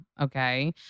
okay